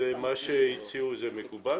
מה שהציעו זה מקובל?